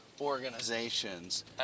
organizations